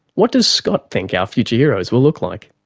what does scott think our future heroes will look like?